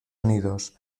unidos